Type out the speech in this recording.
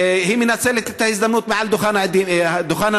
כשאת מנצלת את ההזדמנות מעל דוכן הנואמים,